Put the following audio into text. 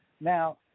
Now